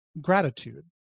gratitude